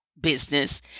business